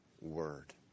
word